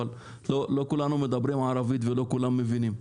אבל לא כולנו מדברים ערבית ולא כולם מבינים.